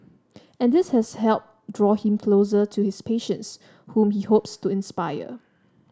and this has helped draw him closer to his patients whom he hopes to inspire